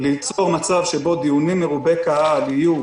ליצור מצב שבו דיונים מרובי קהל יהיו